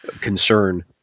concern